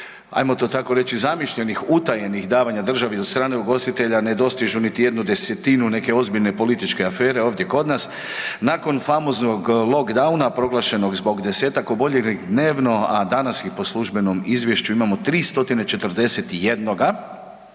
ajmo to tako reći, zamišljenih utajenih davanja državi od strane ugostitelja ne dostižu niti 1/10 neke ozbiljne političke afere ovdje kod nas, nakon famoznog lockdowna proglašenog zbog 10-ak oboljelih dnevno a danas ih po službenom izvješću imamo 3041